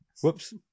Whoops